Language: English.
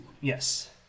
Yes